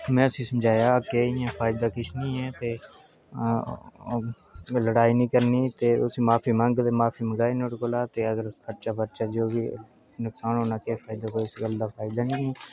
में उसी समझाया कि फायदा किश निं ऐ ते लडाई निं करनी ते उसी माफी मंग ते माफी मंगाई नुहाड़े कोला ते अगर खर्चा कोई बी नुक्सान होना ते कोई इस गल्ल दा फायदा निं ऐ